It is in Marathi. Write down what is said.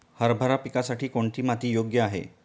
हरभरा पिकासाठी कोणती माती योग्य आहे?